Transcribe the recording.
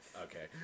Okay